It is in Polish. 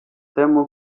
temu